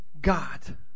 God